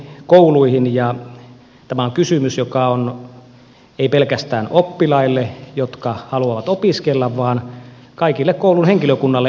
tämä on kysymys joka on erittäin tärkeä ei pelkästään oppilaille jotka haluavat opiskella vaan kaikelle koulun henkilökunnalle